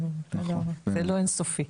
זה לא אין סופי.